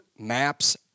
Maps